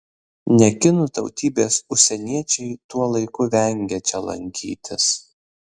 ne kinų tautybės užsieniečiai tuo laiku vengia čia lankytis